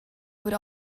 would